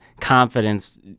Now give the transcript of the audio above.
confidence